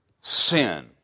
sin